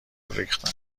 ریختن